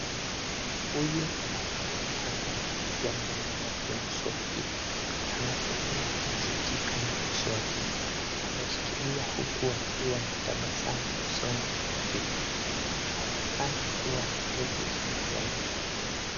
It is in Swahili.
Huyu ni mwanaume anayepika meno yake mswaki. Anatumia kijiti kama mswaki, ameshikilia huku akiwa na tabasamu usoni mwake. Anaonekana kuwa na ndefu zinazomea.